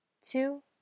Two